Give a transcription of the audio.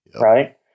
Right